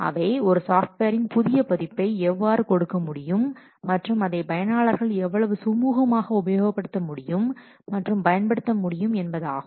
அவை ஒரு சாஃப்ட்வேரின் புதிய பதிப்பை எவ்வாறு கொடுக்க முடியும் மற்றும் அதை பயனாளர்கள் எவ்வளவு சுமூகமாக உபயோகப்படுத்த முடியும் மற்றும் பயன்படுத்த முடியும் என்பதாகும்